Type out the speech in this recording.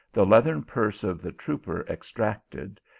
the leathern purse of the trooper abstracted,